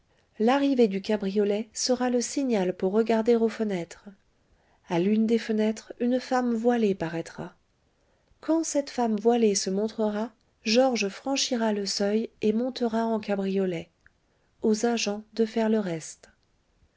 l'arrivée du cabriolet sera le signal pour regarder aux fenêtres a l'une des fenêtres une femme voilée paraîtra quand cette femme voilée se montrera georges franchira le seuil et montera en cabriolet aux agents de faire le reste